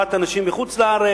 לקבורת אנשים מחוץ-לארץ.